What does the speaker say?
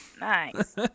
Nice